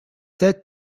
said